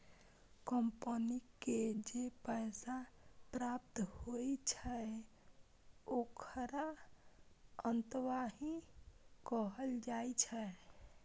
company के जे पैसा प्राप्त होइ छै, ओखरा अंतर्वाह कहल जाइ छै